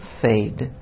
fade